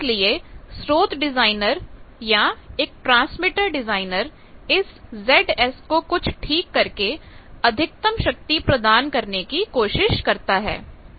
इसलिए स्रोत डिजाइनर या एक ट्रांसमीटर डिजाइनर इस Zs को कुछ ठीक करके अधिकतम शक्ति प्रदान करने की कोशिश करता है